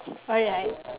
alright